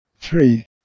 three